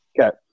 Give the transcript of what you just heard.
Okay